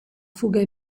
fuga